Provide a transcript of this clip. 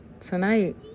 tonight